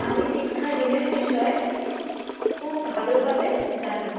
আমি শিক্ষা ঋণের বিষয়ে খুব ভালোভাবে জানি